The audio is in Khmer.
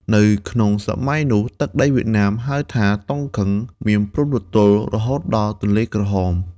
នៅក្នុងសម័យនោះ ទឹកដីវៀតណាមហៅថា "តុង កឹង" មានព្រំប្រទល់រហូតដល់ទន្លេក្រហម ។